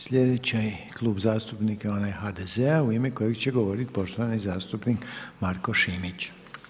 Sljedeći Klub zastupnika je onaj HDZ-a u ime kojeg će govorit poštovani zastupnik Marko Šimić.